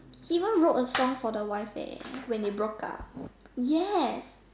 he even wrote a song for the wife eh when they broke up yes